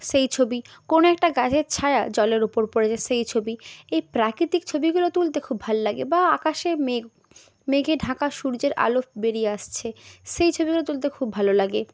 সেই ছবি কোনো একটা গাছের ছায়া জলের উপর পড়েছে সেই ছবি এই প্রাকৃতিক ছবিগুলো তুলতে খুব ভাল লাগে বা আকাশে মেঘ মেঘে ঢাকা সূর্যের আলো বেরিয়ে আসছে সেই ছবিগুলো তুলতে খুব ভালো লাগে